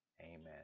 Amen